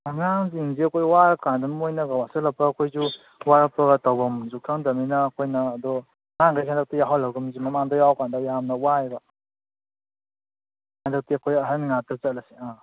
ꯑꯉꯥꯡꯁꯤꯡꯁꯦ ꯑꯩꯈꯣꯏ ꯋꯥꯔ ꯀꯥꯟꯗ ꯃꯣꯏꯅꯒ ꯋꯥꯁꯜꯂꯛꯄꯒ ꯑꯩꯈꯣꯏꯁꯨ ꯋꯥꯔꯛꯄꯒ ꯇꯧꯐꯝꯁꯨ ꯈꯪꯗꯃꯤꯅ ꯑꯩꯈꯣꯏꯅ ꯑꯗꯣ ꯑꯉꯥꯡꯒꯩ ꯍꯟꯗꯛꯇꯤ ꯌꯥꯎꯁꯜꯂꯒꯨꯝꯁꯤ ꯃꯃꯥꯡꯗ ꯌꯥꯎꯀꯥꯟꯗ ꯌꯥꯝꯅ ꯋꯥꯏꯌꯦꯕ ꯍꯟꯗꯛꯇꯤ ꯑꯩꯈꯣꯏ ꯑꯍꯟ ꯉꯥꯛꯇ ꯆꯠꯂꯁꯤ ꯑ